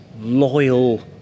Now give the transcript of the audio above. loyal